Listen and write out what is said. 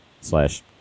Slash